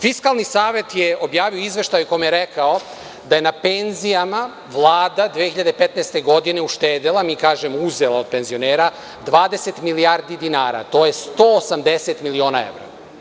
Fiskalni savet je objavio izveštaj u kome je rekao da je na penzijama Vlada 2015. godine uštedela, mi kažemo uzela od penzionera, 20 milijardi dinara, to je 180 miliona evra.